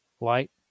light